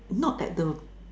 not at the